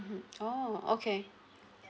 mmhmm oh okay